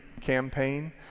campaign